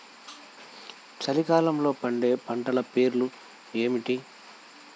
చలికాలంలో పండే పంటల పేర్లు ఏమిటీ?